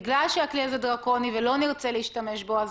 בגלל שהכלי הזה דרקוני ולא נרצה להשתמש בו אז